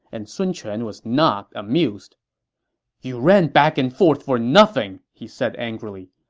and sun quan was not amused you ran back and forth for nothing! he said angrily.